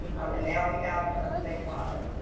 and now we have a statewide